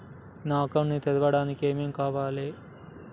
నా అకౌంట్ ని తెరవడానికి ఏం ఏం కావాలే?